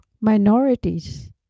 minorities